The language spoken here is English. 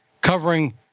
covering